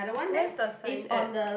where's the sign at